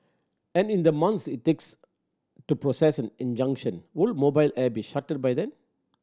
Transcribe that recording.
and in the months it takes to process an injunction would Mobile Air be shuttered by then